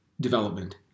development